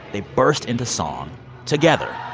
they burst into song together,